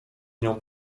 nią